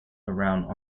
around